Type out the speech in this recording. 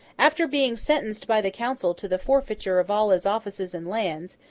after being sentenced by the council to the forfeiture of all his offices and lands,